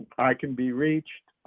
i can be reached.